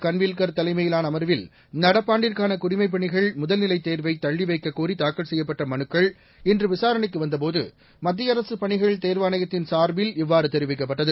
கன்வில்கர் தலைமையிலான அமர்வில் நடப்பாண்டிற்கான குடிமைப்பணிகள் முதல்நிலைத் தேர்வை தள்ளி வைக்கக் கோரி தாக்கல் செய்யப்பட்ட மனுக்கள் இன்று விசாரணைக்கு வந்தபோது மத்திய அரசு பணிகள் தேர்வாணையத்தின் சார்பில் இவ்வாறு தெரிவிக்கப்பட்டது